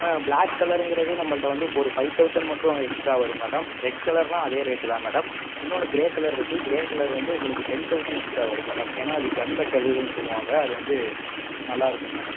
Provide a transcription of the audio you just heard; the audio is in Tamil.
ஆ ப்ளாக் கலருங்கிறது நம்மள்ட்ட வந்து ஒரு ஃபை தௌசண்ட் மட்டும் எக்ஸ்ட்டா வரும் மேடம் ரெட் கலர்லாம் அதே ரேட்டு தான் மேடம் இன்னோன்னு க்ரே கலர் இருக்குது க்ரே கலர் கலர் வந்து உங்களுக்கு டென் தௌசண்ட் எக்ஸ்ட்டா வரும் மேடம் ஏன்னா அது கன்மெட்டல்னு சொல்லுவாங்கள் அது வந்து நல்லாருக்கும் மேடம்